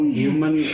human